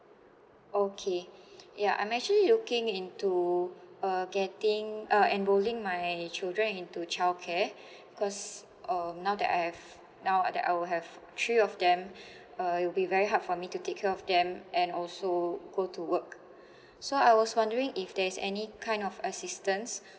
okay yeah I'm actually looking into uh getting uh enrolling my children into childcare because um now that I have now that I will have three of them uh it'll be very hard for me to take care of them and also go to work so I was wondering if there's any kind of assistance